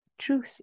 truth